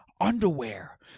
underwear